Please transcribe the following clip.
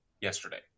yesterday